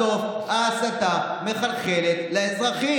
בסוף ההסתה מחלחלת לאזרחים.